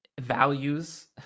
values